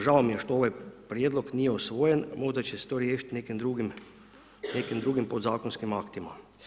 Žao mi je što ovaj prijedlog nije usvojen možda će se to riješiti nekim drugim podzakonskim aktima.